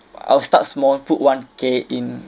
I'll start small put one K in